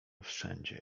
wszędzie